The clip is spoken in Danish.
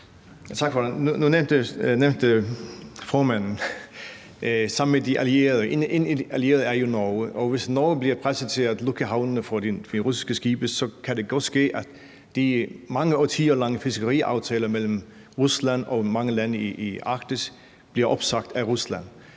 Tak for det. Nu nævnte formanden »sammen med de allierede«. En allieret er jo Norge, og hvis Norge bliver presset til at lukke havnene for de russiske skibe, kan det godt ske, at de mange årtier lange fiskeriaftaler mellem Rusland og mange lande i Arktis bliver opsagt af Rusland.